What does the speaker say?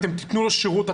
אתם תיתנו לו שירות?